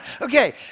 okay